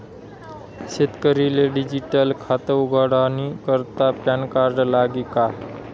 शेतकरीले डिजीटल खातं उघाडानी करता पॅनकार्ड लागी का?